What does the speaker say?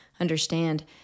understand